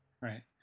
Right